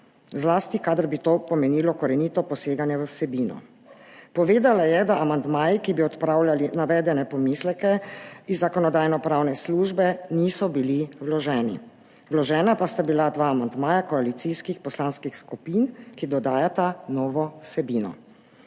zlasti kadar bi to pomenilo korenito poseganje v vsebino. Povedala je, da amandmaji, ki bi odpravljali navedene pomisleke Zakonodajno-pravne službe niso bili vloženi. Vložena pa sta bila dva amandmaja koalicijskih poslanskih skupin, ki dodajata novo vsebino.